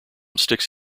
sticks